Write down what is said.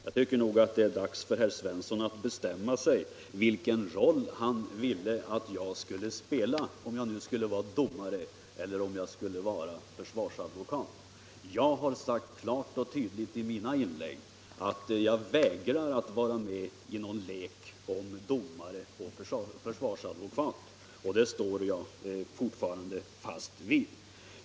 Jag tycker nog att det är dags för herr Svensson att bestämma sig vilken roll han vill att jag skall spela, om jag nu skall vara domare eller försvarsadvokat. Jag har sagt klart och tydligt i mina inlägg att jag vägrar att vara med i någon lek om domare och försvarsadvokat, och det står jag fast vid.